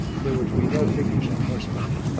there were to be no figures on horseback.